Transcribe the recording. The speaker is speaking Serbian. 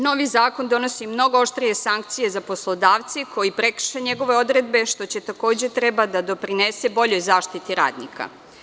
Novi zakon donosi mnogo oštrije sankcije za poslodavce koji prekrše njegove odredbe što takođe treba da doprinese boljoj zaštiti radnika.